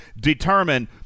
determine